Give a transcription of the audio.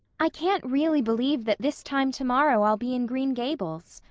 i can't really believe that this time tomorrow i'll be in green gables,